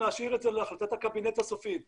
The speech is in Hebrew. ותעשה בדיקה נוספת.